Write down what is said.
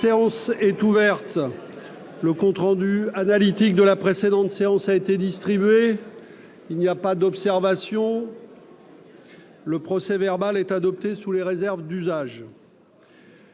Séance est ouverte, le compte rendu analytique de la précédente séance a été distribué, il n'y a pas d'observation. Le procès verbal est adopté sous les réserves d'usage.